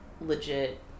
legit